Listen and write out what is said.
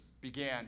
began